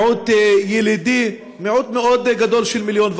מיעוט ילידי, מיעוט מאוד גדול, של 1.5 מיליון.